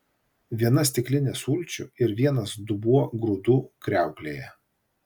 viena stiklinė sulčių ir vienas dubuo grūdų kriauklėje